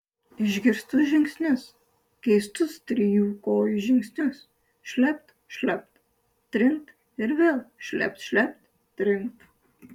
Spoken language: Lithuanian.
išgirstu žingsnius keistus trijų kojų žingsnius šlept šlept trinkt ir vėl šlept šlept trinkt